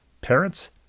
parents